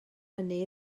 hynny